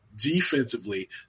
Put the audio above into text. defensively